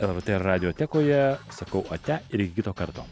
lrt radioteko ją sakau ate ir kito karto